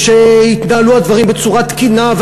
ושיתנהלו הדברים בצורה תקינה,